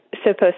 supposed